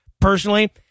personally